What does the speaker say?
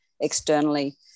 externally